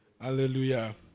Hallelujah